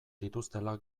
dituztela